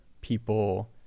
people